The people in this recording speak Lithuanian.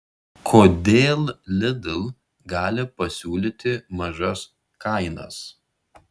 kodėl lidl gali pasiūlyti mažas kainas